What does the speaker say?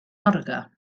orgue